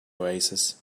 oasis